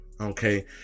Okay